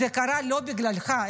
זה קרה לא בגללך,